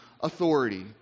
authority